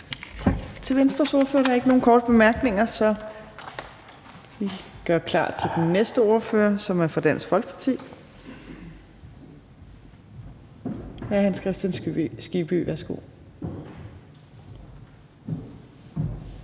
Tak til Venstres ordfører. Der er ikke nogen korte bemærkninger, så vi gør klar til den næste ordfører, som er fra Dansk Folkeparti. Hr. Hans Kristian Skibby, værsgo.